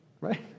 Right